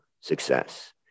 Success